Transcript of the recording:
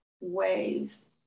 ways